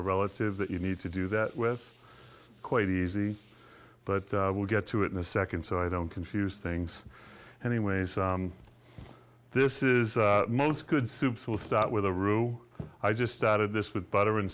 a relative that you need to do that with quite easy but we'll get to it in a second so i don't confuse things anyways this is most good soups we'll start with a rule i just started this with butter and